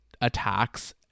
attacks